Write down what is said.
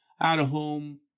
out-of-home